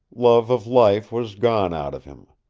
love of life was gone out of him.